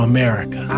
America